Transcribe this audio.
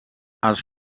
els